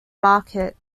market